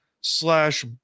slash